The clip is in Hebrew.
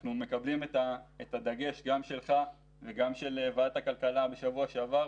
אנחנו מקבלים את הדגש גם שלך וגם של ועדת הכלכלה בשבוע שעבר,